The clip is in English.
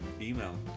email